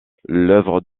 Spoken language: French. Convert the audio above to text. l’œuvre